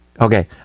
Okay